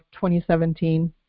2017